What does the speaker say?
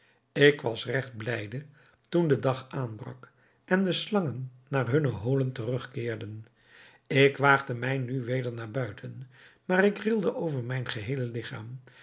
ik was regt blijde toen de dag aanbrak en de slangen naar hunne holen terugkeerden ik waagde mij nu weder naar buiten maar ik rilde over mijn geheele ligchaam